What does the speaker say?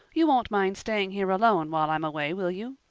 you won't mind staying here alone while i'm away, will you?